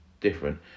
different